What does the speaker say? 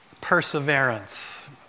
perseverance